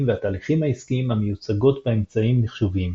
והתהליכים העסקיים המיוצגות באמצעים מחשוביים.